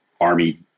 Army